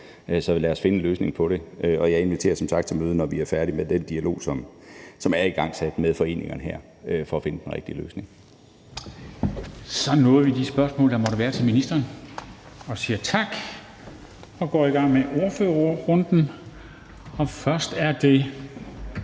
Så lad os finde en løsning på det, og jeg inviterer som sagt til møde, når vi er færdige med den dialog, som er igangsat med foreningerne, for at finde den rigtige løsning. Kl. 20:22 Formanden (Henrik Dam Kristensen): Så nåede vi de spørgsmål, der måtte være til ministeren, og siger tak og går i gang med ordførerrunden. Det er først